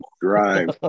drive